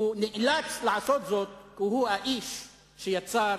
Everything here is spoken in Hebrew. הוא נאלץ לעשות זאת כי הוא האיש שיצר